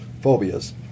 phobias